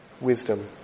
wisdom